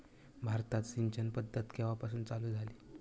भारतात सिंचन पद्धत केवापासून चालू झाली?